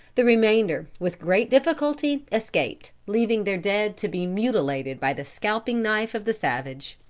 the remainder with great difficulty escaped, leaving their dead to be mutilated by the scalping knife of the savage.